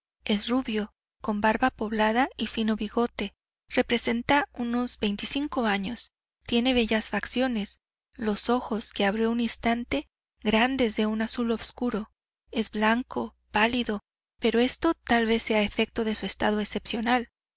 es rubio con barba poblada y fino bigote representa unos veinticinco años tiene bellas facciones los ojos que abrió un instante grandes de un azul obscuro es blanco pálido pero esto tal vez sea efecto de su estado excepcional